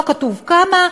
לא כתוב כמה,